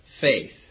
faith